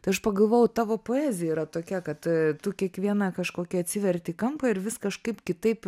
tai aš pagalvojau tavo poezija yra tokia kad tu kiekvieną kažkokį atsiverti kampą ir vis kažkaip kitaip